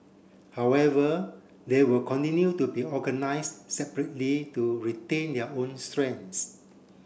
however they will continue to be organise separately to retain their own strengths